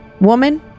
Woman